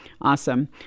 awesome